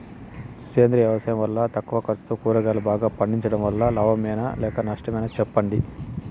సేంద్రియ వ్యవసాయం వల్ల తక్కువ ఖర్చుతో కూరగాయలు బాగా పండించడం వల్ల లాభమేనా లేక నష్టమా సెప్పండి